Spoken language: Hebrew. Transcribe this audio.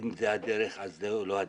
אם זו הדרך, אז זו לא הדרך.